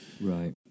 right